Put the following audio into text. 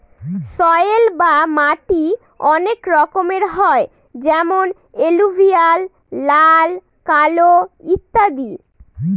soil বা মাটি অনেক রকমের হয় যেমন এলুভিয়াল, লাল, কালো ইত্যাদি